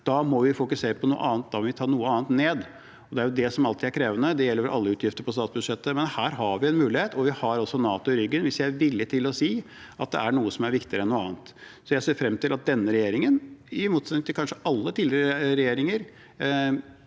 vi må fokusere på det maritime. Da må vi ta ned noe annet. Det er det som alltid er krevende. Det gjelder vel alle utgifter på statsbudsjettet, men her har vi en mulighet, og vi har også NATO i ryggen hvis vi er villige til å si at det er noe som er viktigere enn noe annet. Jeg ser frem til at denne regjeringen, kanskje i motsetning til alle tidligere regjeringer,